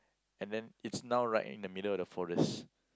and then it's now right in the middle of the forest